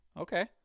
okay